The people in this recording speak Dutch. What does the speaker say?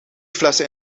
flessen